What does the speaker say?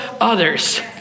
others